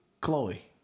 Chloe